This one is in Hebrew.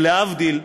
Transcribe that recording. ולהבדיל,